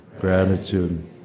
gratitude